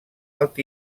alt